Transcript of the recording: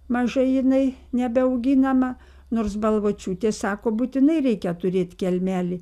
mažai jinai nebeauginama nors balvočiūtė sako būtinai reikia turėt kelmelį